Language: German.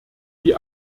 wie